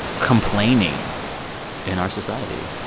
complaining in our society?